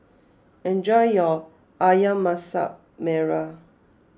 enjoy your Ayam Masak Merah